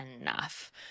enough